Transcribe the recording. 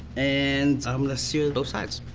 and i'm gonna sear both sides.